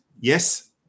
yes